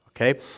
okay